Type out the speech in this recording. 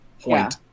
point